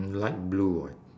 light blue